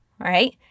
right